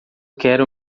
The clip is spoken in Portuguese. quero